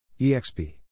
EXP